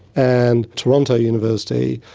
and toronto university,